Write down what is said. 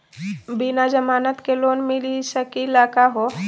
बिना जमानत के लोन मिली सकली का हो?